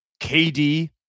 KD